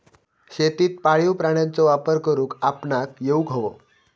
शेतीत पाळीव प्राण्यांचो वापर करुक आपणाक येउक हवो